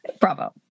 bravo